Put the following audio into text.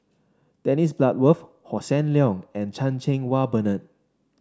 Dennis Bloodworth Hossan Leong and Chan Cheng Wah Bernard